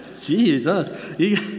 Jesus